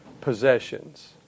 possessions